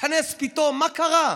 התכנסו פתאום, מה קרה?